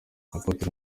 apotre